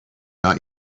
not